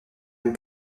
même